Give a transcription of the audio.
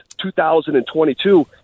2022